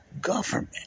government